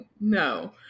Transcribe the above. No